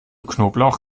knoblauch